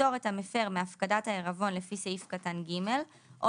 לפטור את המפר מהפקדת העירבון לפי סעיף קטן (ג) או